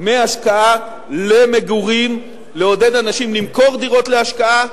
מהשקעה למגורים, לעודד אנשים למכור דירות להשקעה,